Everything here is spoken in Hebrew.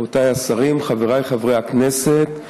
רבותיי השרים, חבריי חברי הכנסת,